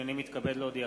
הנני מתכבד להודיעכם,